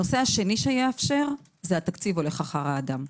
הנושא השני שיאפשר התקציב הולך אחר אדם.